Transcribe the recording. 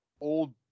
old